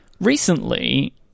recently